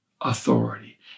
authority